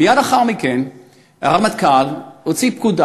מייד לאחר מכן הרמטכ"ל הוציא פקודה